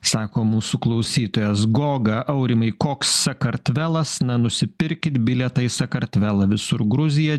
sako mūsų klausytojas goga aurimai koks sakartvelas na nusipirkit bilietą į sakartvelą visur gruzija